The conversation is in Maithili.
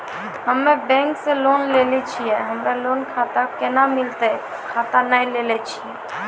हम्मे बैंक से लोन लेली छियै हमरा लोन खाता कैना मिलतै खाता नैय लैलै छियै?